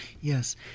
Yes